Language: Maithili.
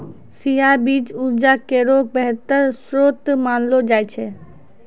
चिया बीज उर्जा केरो बेहतर श्रोत मानलो जाय छै